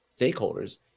stakeholders